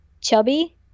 chubby